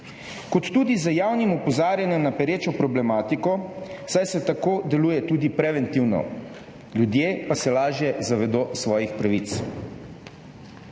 kot tudi z javnim opozarjanjem na perečo problematiko, saj se tako deluje tudi preventivno, ljudje pa se lažje zavedo svojih pravic.